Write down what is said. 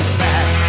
back